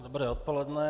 Dobré odpoledne.